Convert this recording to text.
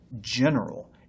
general